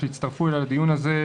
שהצטרפו אליי לדיון הזה,